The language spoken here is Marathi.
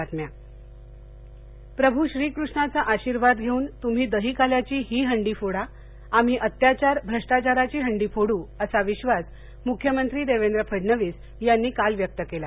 दहीहंडी प्रभ् श्रीकृष्णाचा आशीर्वाद घेऊन तुम्ही दहीकाल्याची ही हंडी फोडा आम्ही अत्याचार भ्रष्टाचाराची हंडी फोडू असा विश्वास मुख्यमंत्री देवेंद्र फडणवीस यांनी काल व्यक्त केला